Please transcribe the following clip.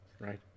Right